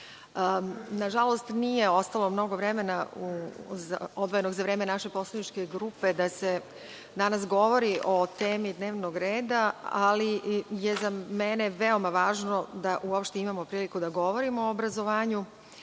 nažalost nije ostalo mnogo vremena, odvojenog za vreme naše poslaničke grupe da se danas govori o temi dnevnog reda, ali za mene je veoma važno da uopšte imamo priliku da govorimo o obrazovanju